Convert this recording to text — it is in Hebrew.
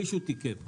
מישהו תיקף.